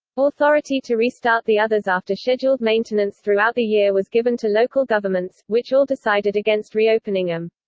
authority to restart the others after scheduled maintenance throughout the year was given to local governments, which all decided against reopening them.